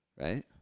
right